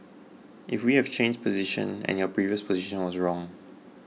if we have changed position and your previous position was wrong